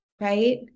right